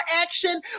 action